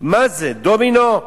מה זה, דומינו?